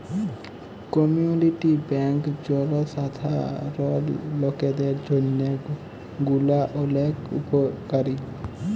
community bank জলসাধারল লকদের জন্হে গুলা ওলেক উপকারী